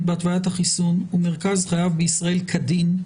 בהתוויית החיסון ומרכז חייו בישראל כדין,